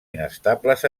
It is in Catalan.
inestables